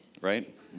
right